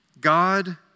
God